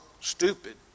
stupid